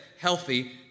healthy